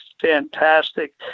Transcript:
fantastic